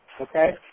okay